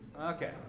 Okay